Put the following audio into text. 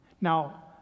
Now